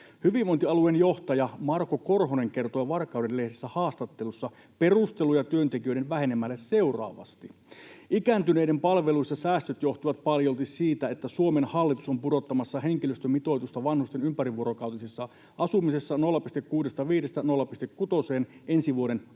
Hyvinvointialueen johtaja Marko Korhonen kertoo Warkauden Lehden haastattelussa perusteluja työntekijöiden vähenemälle seuraavasti: ”Ikääntyneiden palveluissa säästöt johtuvat paljolti siitä, että Suomen hallitus on pudottamassa henkilöstömitoitusta vanhusten ympärivuorokautisessa asumisessa 0,65:stä 0,6:een ensi vuoden alusta